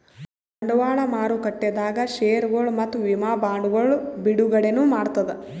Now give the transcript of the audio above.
ಬಂಡವಾಳ್ ಮಾರುಕಟ್ಟೆದಾಗ್ ಷೇರ್ಗೊಳ್ ಮತ್ತ್ ವಿಮಾ ಬಾಂಡ್ಗೊಳ್ ಬಿಡುಗಡೆನೂ ಮಾಡ್ತದ್